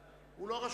הוא לא רשום.